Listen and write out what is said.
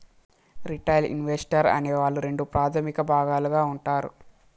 retail investor అనే వాళ్ళు రెండు ప్రాథమిక భాగాలుగా ఉంటారు